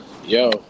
Yo